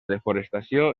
desforestació